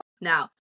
Now